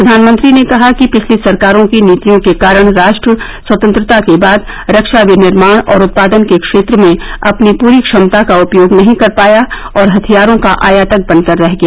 प्रधानमंत्री ने कहा कि पिछली सरकारों की नीतियों के कारण राष्ट्र स्वतंत्रता के बाद रक्षा विनिर्माण और उत्पादन के क्षेत्र में अपनी पूरी क्षमता का उपयोग नहीं कर पाया और हथियारों का आयातक बनकर रह गया